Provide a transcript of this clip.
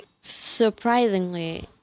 surprisingly